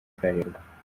bralirwa